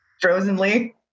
frozenly